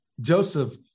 Joseph